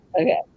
okay